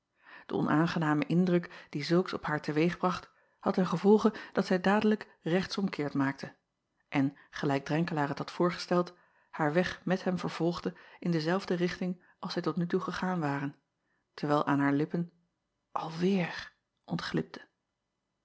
e onaangename indruk dien zulks op haar te weeg bracht had ten gevolge dat zij dadelijk rechts acob van ennep laasje evenster delen om keert maakte en gelijk renkelaer het had voorgesteld haar weg met hem vervolgde in dezelfde richting als zij tot nu toe gegaan waren terwijl aan haar lippen alweêr ontglipte